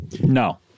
no